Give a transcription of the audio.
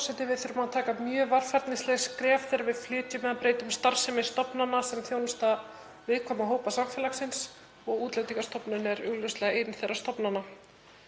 Við verðum að stíga mjög varfærnisleg skref þegar við flytjum eða breytum starfsemi stofnana sem þjónusta viðkvæma hópa samfélagsins. Útlendingastofnun er augljóslega ein þeirra stofnana.